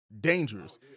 dangerous